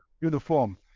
uniform